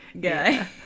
guy